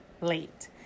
late